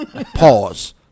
Pause